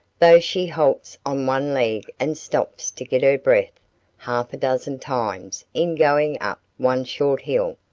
though she halts on one leg and stops to get her breath half a dozen times in going up one short hill.